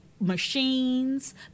machines